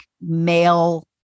male